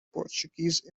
portuguese